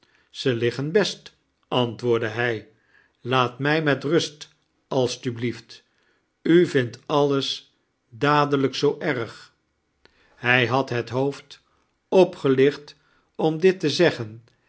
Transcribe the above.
ze liggen best antwoordde hij laat mij met rust alstublieft u vindt alles dadelijk zoo erg hij had het hoofd opgelicht om dit te zeggen